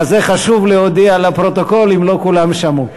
זה חשוב להודיע לפרוטוקול, אם לא כולם שמעו.